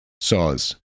saws